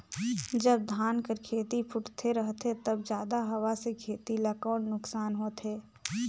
जब धान कर खेती फुटथे रहथे तब जादा हवा से खेती ला कौन नुकसान होथे?